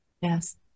yes